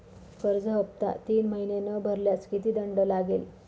कर्ज हफ्ता तीन महिने न भरल्यास किती दंड लागेल?